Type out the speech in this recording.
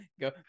go